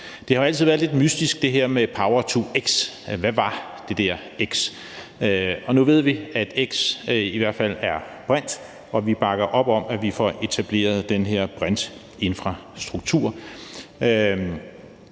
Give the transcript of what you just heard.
har jo altid været lidt mystisk; hvad var det der x? Nu ved vi, at x i hvert fald er brint, og vi bakker op om at få etableret den her brintinfrastruktur.